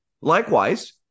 Likewise